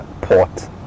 port